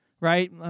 right